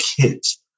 kids